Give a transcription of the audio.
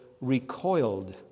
recoiled